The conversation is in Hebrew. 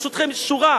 ברשותכם, שורה.